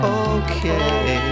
okay